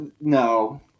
no